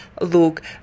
look